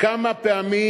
כמה פעמים